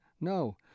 No